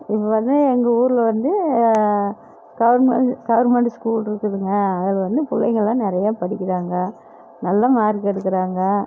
இங்கே வந்து எங்கள் ஊரில் வந்து கவர்மெண்ட் கவர்மெண்ட் ஸ்கூல் இருக்குதுங்க அதில் வந்து பிள்ளைங்களாம் நிறையா படிக்கிறாங்க நல்ல மார்க் எடுக்கிறாங்க